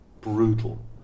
brutal